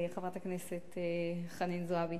חברת הכנסת חנין זועבי,